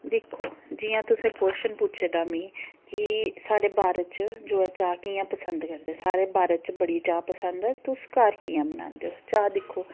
दिक्खो जि'यां तुसें कोश्चन पुच्छे दा मी कि साढ़े भारत च जो ऐ चाह् कि'यां पसंद करदे साढ़े भारत च बड़ी चाह् पसंद ऐ तुस घर कि'यां बनांदे ओ चाह् दिक्खो